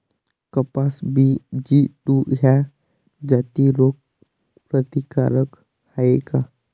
कपास BG two ह्या जाती रोग प्रतिकारक हाये का?